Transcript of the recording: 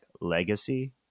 legacy